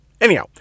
Anyhow